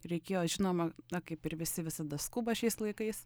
reikėjo žinoma na kaip ir visi visada skuba šiais laikais